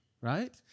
right